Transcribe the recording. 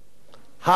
האחת,